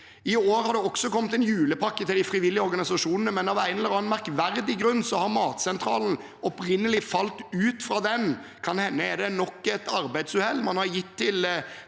I år har det også kommet en julepakke til de frivillige organisasjonene, men av en eller annen merkverdig grunn har Matsentralen opprinnelig falt ut av den. Kan hende er det nok et arbeidsuhell – man har gitt til